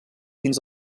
fins